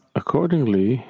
accordingly